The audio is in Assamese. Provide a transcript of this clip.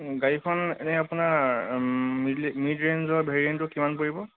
গাড়ীখন এনেই আপোনাৰ মিড মিড ৰেঞ্জৰ ভেৰিয়েণ্টটো কিমান পৰিব